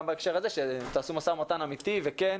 גם בהקשר הזה שתעשו משא ומתן אמיתי וכן,